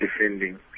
defending